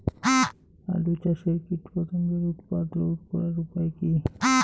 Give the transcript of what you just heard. আলু চাষের কীটপতঙ্গের উৎপাত রোধ করার উপায় কী?